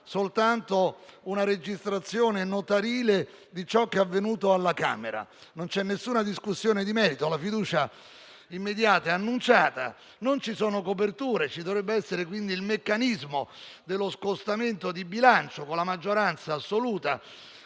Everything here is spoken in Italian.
soltanto una registrazione notarile di ciò che è avvenuto alla Camera. Non c'è alcuna discussione di merito, la fiducia immediata è stata annunciata, non ci sono coperture; ci dovrebbe essere, quindi, il meccanismo dello scostamento di bilancio con la maggioranza assoluta,